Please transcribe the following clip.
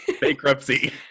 bankruptcy